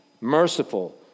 merciful